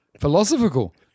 Philosophical